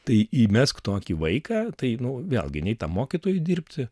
tai įmesk tokį vaiką tai nu vėlgi nei tam mokytojui dirbti